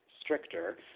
stricter